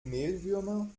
mehlwürmer